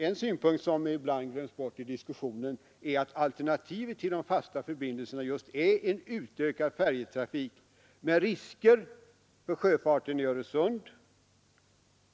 En synpunkt, som ibland glöms bort i diskussionen, är att alternativet till de fasta förbindelserna just är en utökad färjetrafik med risker för sjöfarten i Öresund.